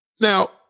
Now